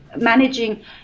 managing